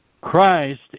Christ